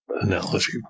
analogy